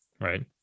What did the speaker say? Right